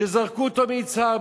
שזרקו אותו מיצהר.